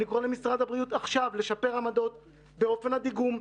אני קורא למשרד הבריאות עכשיו לשפר עמדות באופן הדיגום,